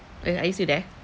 are are you still there